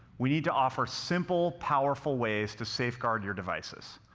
we need to offer simple, powerful ways to safeguard your devices.